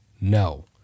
No